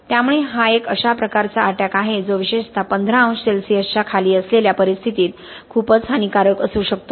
त्यामुळे हा एक अश्या प्रकारचा अटॅक आहे जो विशेषतः 15 अंश सेल्सिअसच्या खाली असलेल्या परिस्थितीत खूपच हानिकारक असू शकतो